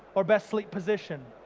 or best sleep position,